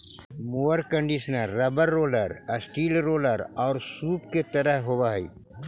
mower conditioner rubber roller, steel roller औउर सूप के तरह के होवऽ हई